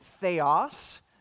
Theos